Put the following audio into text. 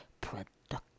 productive